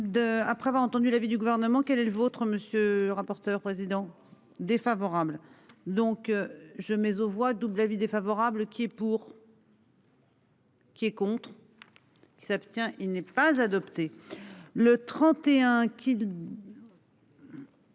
Après avoir entendu l'avis du gouvernement. Quel est le vôtre, monsieur rapporteur président défavorable. Donc je mais aux voit double avis défavorable qui est pour. Qui est contre. Qui s'abstient. Il n'est pas adopté le 31.